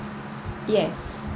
yes